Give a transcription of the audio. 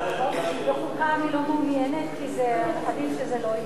בחוקה אני לא מעוניינת, כי עדיף שזה לא יהיה.